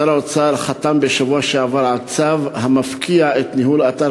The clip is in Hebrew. שר האוצר חתם בשבוע שעבר על צו המפקיע את ניהול אתר